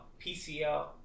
PCL